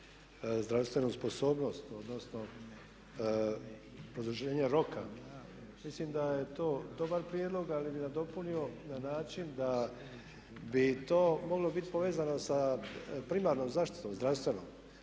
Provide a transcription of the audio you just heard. zdravstvenu sposobnost, odnosno produženje roka, mislim da je to dobar prijedlog ali bih nadopunio na način da bi to moglo biti povezano sa primarnom zaštitom, zdravstvenom.